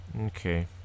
Okay